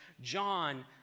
John